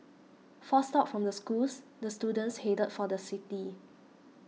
forced out from the schools the students headed for the city